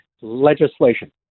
legislation